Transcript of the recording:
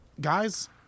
guys